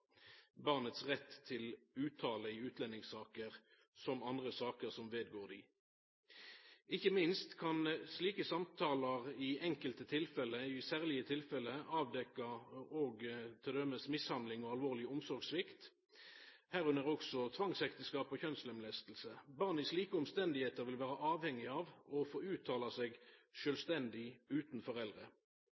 rett til uttale i utlendingssaker som andre saker som vedgår dei. Ikkje minst kan slike samtalar i særlege tilfelle avdekkja t.d. mishandling og alvorleg omsorgssvikt, òg medrekna tvangsekteskap og kjønnslemlesting. Barn i slike omstende vil vera avhengige av å få uttala seg sjølvstendig utan foreldre.